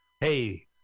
Hey